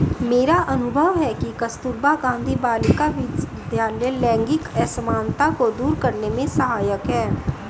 मेरा अनुभव है कि कस्तूरबा गांधी बालिका विद्यालय लैंगिक असमानता को दूर करने में सहायक है